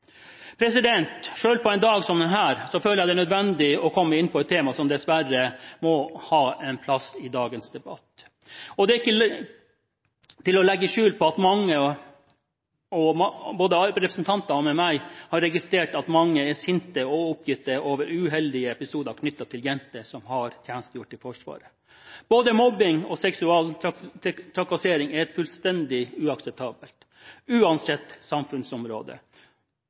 på en dag som denne føler jeg at det er nødvendig å komme inn på et tema som dessverre må ha en plass i dagens debatt. Det er ikke til å legge skjul på at mange, både andre representanter og jeg, har registrert at mange er sinte og oppgitte over uheldige episoder knyttet til jenter som har tjenestegjort i Forsvaret. Både mobbing og seksuell trakassering er fullstendig uakseptabelt, uansett samfunnsområde.